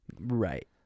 Right